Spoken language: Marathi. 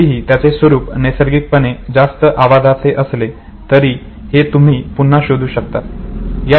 जरीही त्याचे स्वरूप नैसर्गिकपणे जास्त आवाजाचे असले तरी हे तुम्ही पुन्हा शोधू शकतात